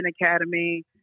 academy